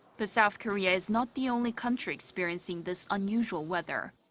but south korea is not the only country experiencing this unusual weather.